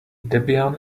debian